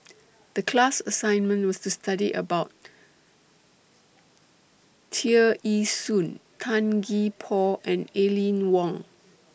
The class assignment was to study about Tear Ee Soon Tan Gee Paw and Aline Wong